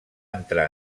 entrar